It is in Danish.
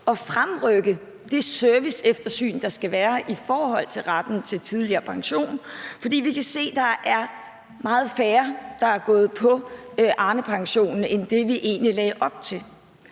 at fremrykke det serviceeftersyn, der skal være i forhold til retten til tidligere pension, fordi vi kan se, at der er meget færre, der er gået på Arnepension, end det, vi egentlig lagde op til.